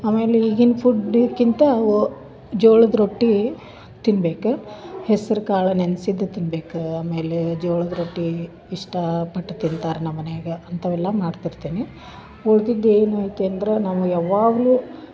ಆಮೇಲೆ ಈಗಿನ ಫುಡ್ಡುಕ್ಕಿಂತ ಓ ಜೋಳದ ರೊಟ್ಟಿ ತಿನ್ಬೇಕು ಹೆಸ್ರು ಕಾಳು ನೆನೆಸಿದ್ದು ತಿನ್ಬೇಕು ಆಮೇಲೆ ಜೋಳದ ರೊಟ್ಟಿ ಇಷ್ಟಪಟ್ಟು ತಿಂತಾರೆ ನಮ್ಮನ್ಯಾಗ ಅಂಥವೆಲ್ಲ ಮಾಡ್ತಿರ್ತೀನಿ ಉಳಿದಿದ್ದು ಏನಾಯ್ತು ಅಂದ್ರೆ ನಮಗೆ ಯಾವಾಗಲು